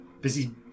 busy